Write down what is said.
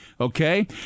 Okay